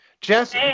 Jess